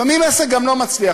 לפעמים עסק גם לא מצליח,